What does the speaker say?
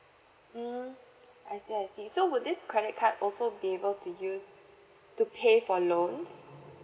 mm I see I see so would this credit card also be able to use to pay for loans